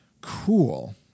cool